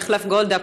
מחלף גולדה,